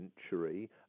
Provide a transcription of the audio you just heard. century